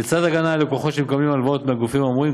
לצד הגנה על לקוחות שמקבלים הלוואות מהגופים האמורים.